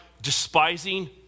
despising